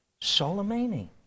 Soleimani